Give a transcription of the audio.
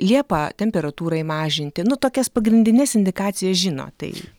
liepa temperatūrai mažinti nu tokias pagrindines indikacijas žino tai